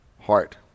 heart